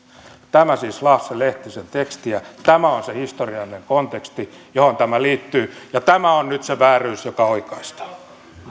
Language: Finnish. tämä siis lasse lehtisen tekstiä tämä on se historiallinen konteksti johon tämä liittyy ja tämä on nyt se vääryys joka oikaistaan